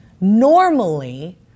Normally